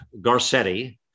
Garcetti